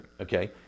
Okay